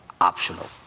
optional